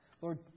Lord